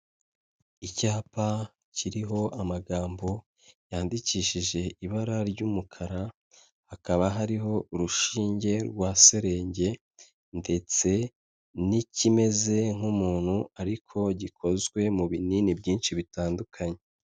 Icyapa kiriho amagambo yandikishije ibara ry'umukara, hakaba hariho urushinge rwa serenge ndetse n'ikimeze nk'umuntu ariko gikozwe mu binini byinshi bitandukanye.